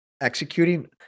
executing